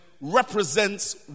represents